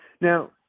now